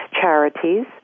charities